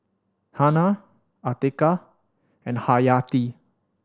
Hana Atiqah and Haryati